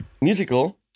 musical